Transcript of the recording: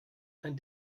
ein